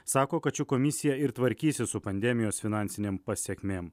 sako kad ši komisija ir tvarkysis su pandemijos finansinėm pasekmėm